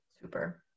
Super